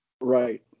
right